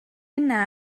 yna